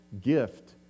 gift